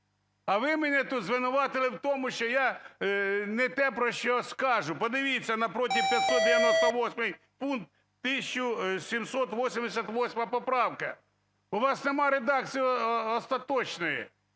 А ви мене тут звинуватили в тому, що я не те про щось кажу. Подивіться напротив 598 пункт, 1788 поправка. У вас немає редакції остаточної,